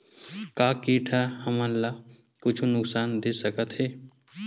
का कीट ह हमन ला कुछु नुकसान दे सकत हे?